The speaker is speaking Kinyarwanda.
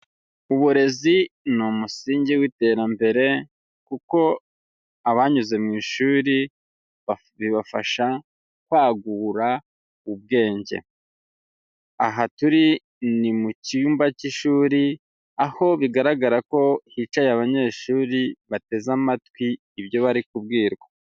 Uburezi ni umusingi w'iterambere kuko abanyuze mu ishuri bibafasha kwagura ubwenge. Aha turi ni mu cyumba cy'ishuri aho bigaragara ko hicaye abanyeshuri bateze amatwi ibyo bari kubwirwa.